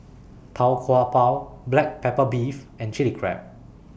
Tau Kwa Pau Black Pepper Beef and Chili Crab